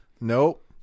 Nope